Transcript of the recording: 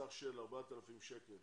בסך של 4,000 שקל